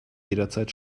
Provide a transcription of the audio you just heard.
jederzeit